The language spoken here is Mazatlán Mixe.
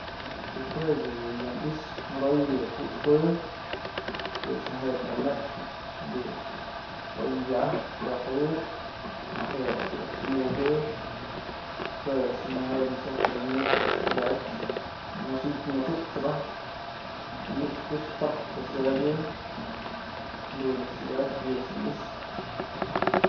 Pues juech dun ya ni'ixë modoyë yë put's pë, yë a'ax nëjë ka mëxëp, yë a'ax dun oy wyajpë kya jëwëp naje'e a'ax yaj kumukyë jue a'ax neje'e yaj pësëmyë ko'o a'ax dun wa'atyë naxip nat'susëp a'ax ñix këxpë sap's a'ax yak jadyë jadun a'ax wa'atyë a'ax ni'ixë.